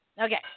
okay